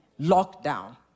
lockdown